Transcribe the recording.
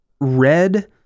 red